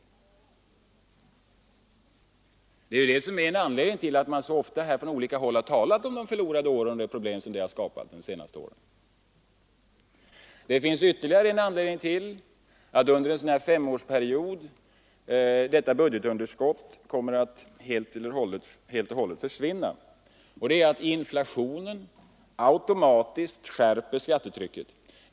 Det är detta som är en anledning till att man så ofta från olika håll har talat om de förlorade åren och de problem som de har skapat. Det finns ytterligare en anledning till att budgetunderskottet under en sådan här femårsperiod helt och hållet kommer att försvinna. Den är att inflationen automatiskt skärper skattetrycket.